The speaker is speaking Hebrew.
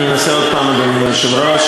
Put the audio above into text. אני אנסה עוד פעם, אדוני היושב-ראש.